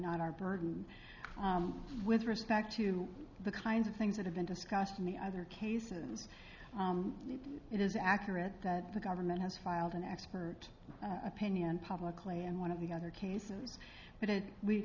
not our burdened with respect to the kinds of things that have been discussed in the other cases and it is accurate that the government has filed an expert opinion publicly and one of the other cases but